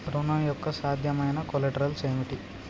ఋణం యొక్క సాధ్యమైన కొలేటరల్స్ ఏమిటి?